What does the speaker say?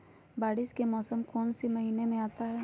बारिस के मौसम कौन सी महीने में आता है?